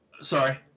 Sorry